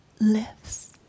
lives